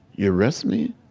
you arrest me,